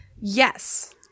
Yes